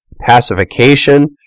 Pacification